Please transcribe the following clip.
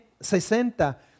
sesenta